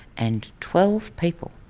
and twelve people,